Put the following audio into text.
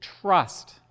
trust